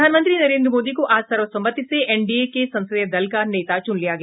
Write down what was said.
प्रधानमंत्री नरेंद्र मोदी को आज सर्वसम्मति से एन डी ए के संसदीय दल का नेता चुन लिया गया